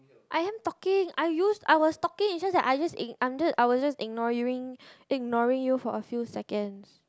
I am talking I use I was talking is just I just ig~ I'm just I was just ignoring ignoring you for a few seconds